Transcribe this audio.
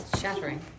shattering